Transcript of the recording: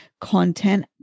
content